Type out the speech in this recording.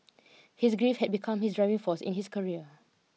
his grief had become his driving force in his career